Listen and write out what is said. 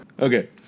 Okay